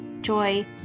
joy